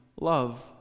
love